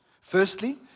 Firstly